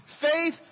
Faith